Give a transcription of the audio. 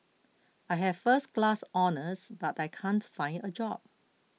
I have first class honours but I can't find a job